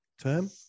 term